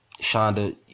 Shonda